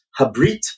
Habrit